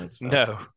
No